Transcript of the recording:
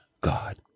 God